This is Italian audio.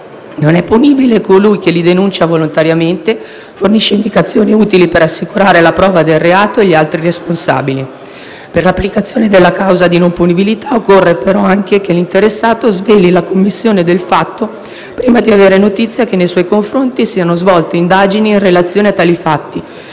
non è punibile colui che: li denuncia volontariamente; fornisce indicazioni utili per assicurare la prova del reato e gli altri responsabili. Per l'applicazione della causa di non punibilità occorre anche, però, che l'interessato sveli la commissione del fatto prima di avere notizia che nei suoi confronti siano svolte indagini in relazione a tali fatti